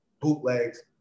bootlegs